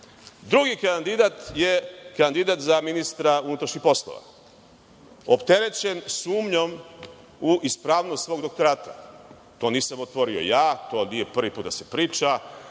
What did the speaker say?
kandidat je kandidat za ministra unutrašnjih poslova. Opterećen sumnjom u ispravnost svog doktorata. To nisam otvorio ja, to nije prvi put da se priča.